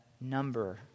number